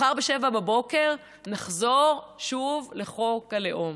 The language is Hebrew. מחר ב-07:00 נחזור שוב לחוק הלאום.